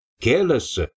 careless